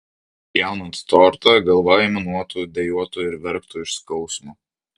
pjaunant tortą galva aimanuotų dejuotų ir verktų iš skausmo